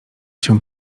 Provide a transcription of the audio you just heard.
się